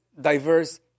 diverse